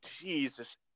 jesus